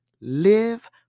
Live